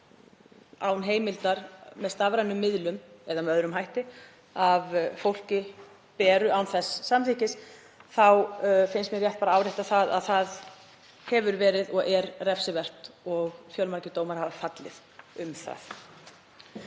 án heimildar með stafrænum miðlum, eða með öðrum hætti, af fólki beru án þess samþykkis, þá finnst mér rétt að árétta að það hefur verið og er refsivert og fjölmargir dómar hafa fallið um það.